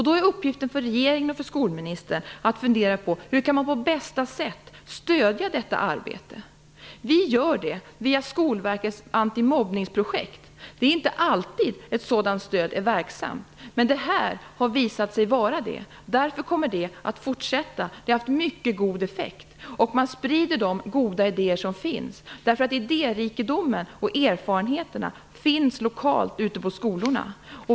Då är uppgiften för regeringen och för skolministern att fundera på hur man på bästa sätt kan stödja detta arbete. Vi gör det via Skolverkets antimobbningsprojekt. Det är inte alltid ett sådant stöd är verksamt, men det här har visat sig vara det. Därför kommer det att fortsätta. Det har haft mycket god effekt. Man sprider de goda idéer som finns. Idérikedomen och erfarenheterna finns lokalt ute på skolorna.